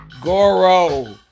Goro